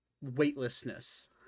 weightlessness